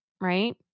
right